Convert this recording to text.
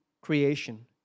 creation